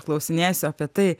klausinėsiu apie tai